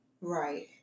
Right